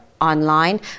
online